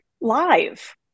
live